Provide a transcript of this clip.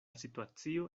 situacio